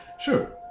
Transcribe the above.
Sure